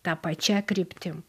ta pačia kryptim